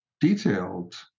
detailed